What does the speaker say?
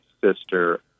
sister